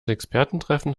expertentreffen